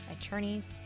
attorneys